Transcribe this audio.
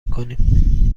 میکنیم